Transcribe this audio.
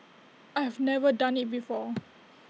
I have never done IT before